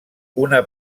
una